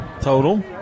total